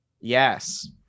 Yes